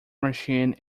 machine